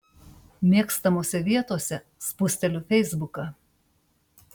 mėgstamose vietose spusteliu feisbuką